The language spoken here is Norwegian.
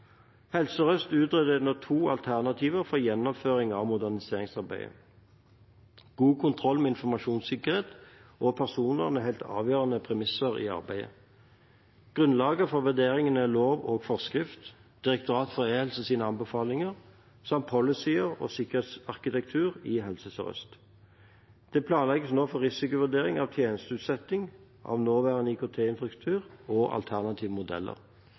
Helse Sør-Øst utreder nå to alternativer for gjennomføring av moderniseringsarbeidet. God kontroll med informasjonssikkerhet og personvern er helt avgjørende premisser i arbeidet. Grunnlaget for vurderingene er lov og forskrift, Direktoratet for e-helse sine anbefalinger samt policyer og sikkerhetsarkitektur i Helse Sør-Øst. Det planlegges nå for risikovurdering av tjenesteutsetting, nåværende IKT-infrastruktur og alternative modeller.